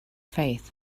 faith